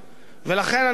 ולכן אני חושב,